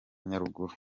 nyaruguru